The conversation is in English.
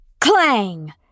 Clang